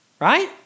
right